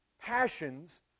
passions